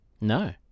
No